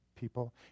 people